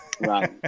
Right